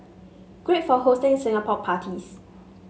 great for hosting Singapore parties